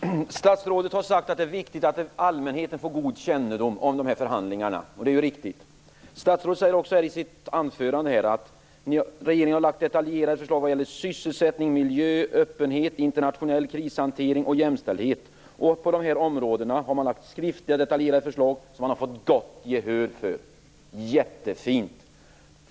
Herr talman! Statsrådet har sagt att det är viktigt att allmänheten får god kännedom om de här förhandlingarna, och det är riktigt. Statsrådet sade i sitt anförande också att regeringen har lagt fram detaljerade förslag vad gäller sysselsättning, miljö, öppenhet, internationell krishantering och jämställdhet. På dessa områden har man lagt fram detaljerade skriftliga förslag, som man har fått gott gehör för. Jättefint!